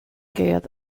gcéad